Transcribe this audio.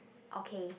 okay